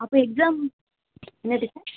அப்போ எக்ஸாம் என்ன டீச்சர்